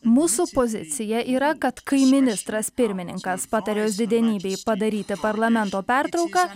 mūsų pozicija yra kad kai ministras pirmininkas patarė jos didenybei padaryti parlamento pertrauką